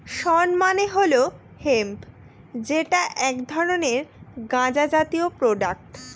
শণ মানে হল হেম্প যেটা এক ধরনের গাঁজা জাতীয় প্রোডাক্ট